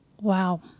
Wow